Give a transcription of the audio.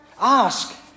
Ask